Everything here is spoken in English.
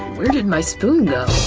where did my spoon go?